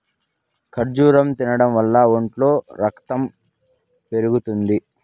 ఖర్జూరం తినడం వల్ల ఒంట్లో రకతం పెరుగుతుంది